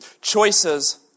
Choices